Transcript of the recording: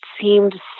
seemed